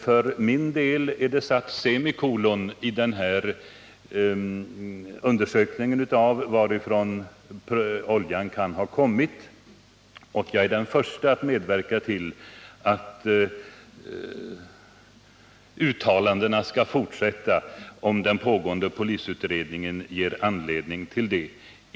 För min del har jag endast satt semikolon efter den undersökning som har gjorts om varifrån oljan kan ha kommit, och jag är den förste att medverka till att undersökningarna i det avseendet skall fortsätta, om den pågående polisutredningen ger anledning till det.